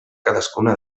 cadascuna